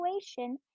situation